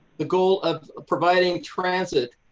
the goal of providing transit,